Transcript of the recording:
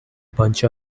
bunch